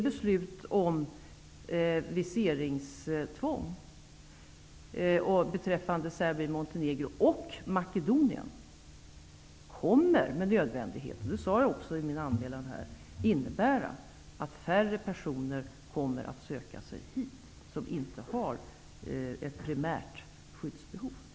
Beslutet om viseringstvång beträffande Serbien-Montenegro och Makedonien kommer med nödvändighet, det sade jag också i mitt inledningsanförande, att innebära att färre personer som inte har ett primärt skyddsbehov kommer att söka sig hit.